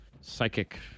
psychic